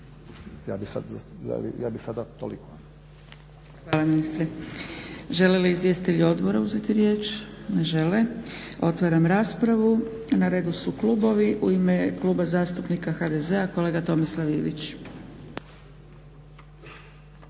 Dragica (SDP)** Hvala ministre. Žele li izvjestitelji odbora uzeti riječ? Ne žele. Otvaram raspravu. Na redu su klubovi. U ime Kluba zastupnika HDZ-a kolega Tomislav Ivić.